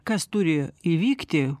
kas turi įvykti